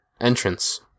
entrance